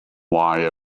why